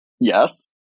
Yes